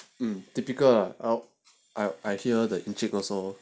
mmhmm typical ah I I hear the intake also